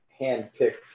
handpicked